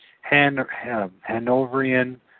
Hanoverian